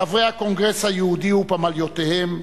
חברי הקונגרס היהודי ופמליותיהם,